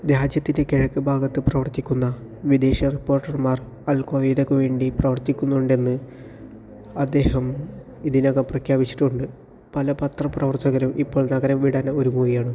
രാജ്യത്തിൻ്റെ കിഴക്ക് ഭാഗത്ത് പ്രവർത്തിക്കുന്ന വിദേശ റിപ്പോർട്ടർമാർ അൽ ഖ്വയ്ദയ്ക്കു വേണ്ടി പ്രവർത്തിക്കുന്നുണ്ടെന്ന് അദ്ദേഹം ഇതിനകം പ്രഖ്യാപിച്ചിട്ടുണ്ട് പല പത്ര പ്രവർത്തകരും ഇപ്പോൾ നഗരം വിടാൻ ഒരുങ്ങുകയാണ്